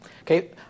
Okay